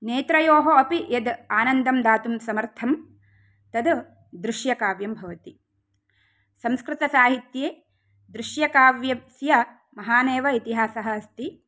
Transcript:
नेत्रोयोः अपि यद् आनन्दं दातुं समर्थं तद् दृश्यकाव्यं भवति संस्कृतसाहित्ये दृश्यकाव्यस्य महानेव इतिहासः अस्ति